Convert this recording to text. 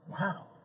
Wow